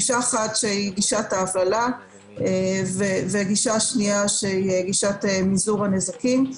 גישה אחת היא גישת ההפללה וגישה שניה שהיא גישת מזעור הנזקים.